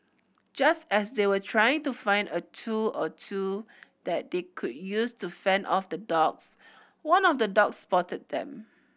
just as they were trying to find a tool or two that they could use to fend off the dogs one of the dogs spotted them